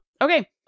Okay